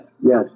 yes